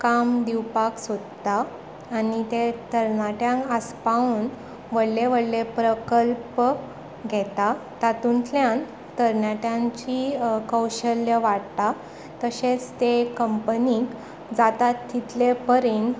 काम दिवपाक सोदता आनी ते तरणाट्यांक आस्पावून व्हडले व्हडले प्रकल्प घेता तातूंतल्यान तरणाट्यांची कौशल्य वाडटा तशेच ते कंपनीक जाता तितले परीन